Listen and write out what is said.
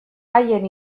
haien